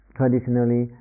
traditionally